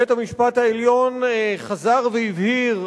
בית-המשפט העליון חזר והבהיר,